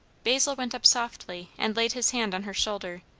basil went up softly and laid his hand on her shoulder,